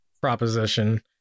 proposition